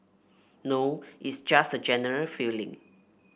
now it's just a general feeling